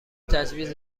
تجویز